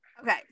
Okay